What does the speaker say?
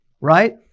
right